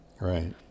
Right